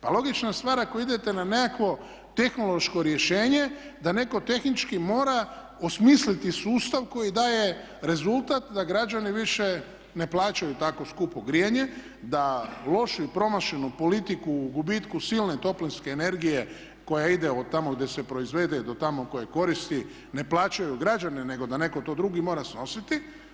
Pa logična stvar ako idete na nekakvo tehnološko rješenje da netko tehnički mora osmisliti sustav koji daje rezultat da građani više ne plaćaju tako skupo grijanje, da lošu i promašenu politiku u gubitku silne toplinske energije koja ide od tamo gdje se proizvede, do tamo koje koristi ne plaćaju građani, nego da netko to drugi mora snositi.